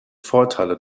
vorteile